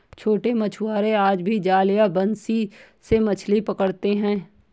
छोटे मछुआरे आज भी जाल या बंसी से मछली पकड़ते हैं